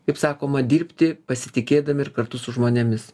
kaip sakoma dirbti pasitikėdami ir kartu su žmonėmis